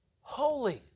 holy